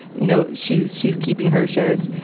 you know, she's she's keeping her shares.